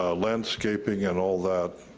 ah landscaping and all that,